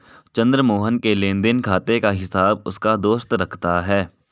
चंद्र मोहन के लेनदेन खाते का हिसाब उसका दोस्त रखता है